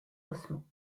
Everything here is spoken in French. ossements